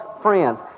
friends